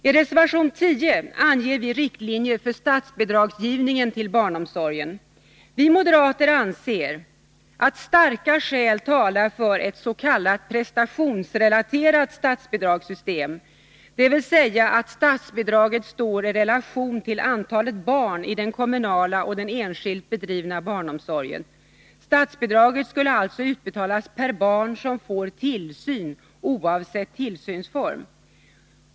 I reservation 10 anger vi riktlinjer för statsbidragsgivningen till barnomsorgen. Vi moderater anser att starka skäl talar för ett s.k. prestationsrelaterat statsbidragssystem, dvs. att statsbidraget står i relation till antalet barn i den kommunala och den enskilt bedrivna barnomsorgen. Statsbidraget skulle alltså utbetalas per barn som får tillsyn, oavsett tillsynsform.